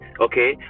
okay